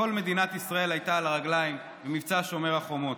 כל מדינת ישראל הייתה על הרגליים במבצע שומר החומות.